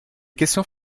questions